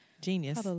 Genius